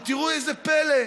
וראו זה פלא,